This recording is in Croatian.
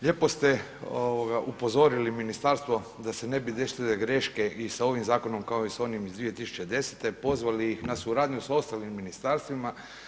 Lijepo ste upozorili ministarstvo da se ne bi desile greške i sa ovim zakonom kao i s onim iz 2010., pozivali ih na suradnju s ostalim ministarstvima.